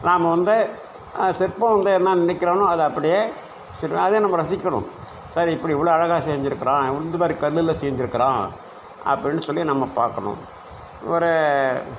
நாம் வந்து சிற்பம் வந்து என்ன நினைக்கிறேனோ அதை அப்படியே அதையும் நம்ம ரசிக்கணும் சரி இப்படி இவ்வளோ அழகாக செஞ்சுருக்கிறான் இந்த மாதிரி கல்லில் செஞ்சுருக்கிறான் அப்படின்னு சொல்லி நம்ம பார்க்கணும் ஒரு